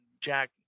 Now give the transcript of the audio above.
jack